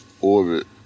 orbit